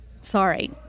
sorry